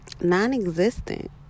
non-existent